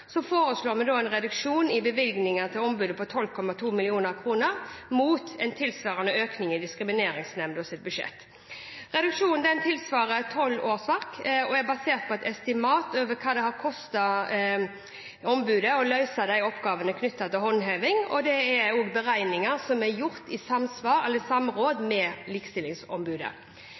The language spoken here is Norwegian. foreslår vi en reduksjon i bevilgningen til ombudet på 12,2 mill. kr, mot en tilsvarende økning i Diskrimineringsnemndas budsjett. Reduksjonen tilsvarer tolv årsverk og er basert på et estimat over hva det har kostet ombudet å løse oppgavene knyttet til håndheving. Det er også beregninger som er gjort i samråd med Likestillingsombudet. Regjeringen foreslår også å øke bevilgningen til ombudet med